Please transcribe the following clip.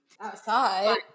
Outside